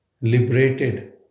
liberated